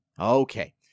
Okay